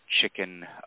chicken